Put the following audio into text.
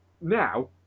now